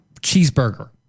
cheeseburger